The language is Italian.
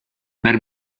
per